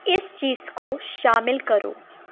اس چیز کو شامل کرو